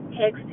hex